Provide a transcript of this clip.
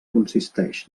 consisteix